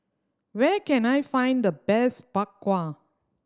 where can I find the best Bak Kwa